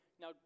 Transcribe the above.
now